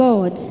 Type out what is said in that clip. God